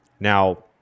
Now